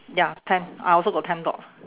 ya ten I also got ten dogs